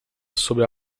sobre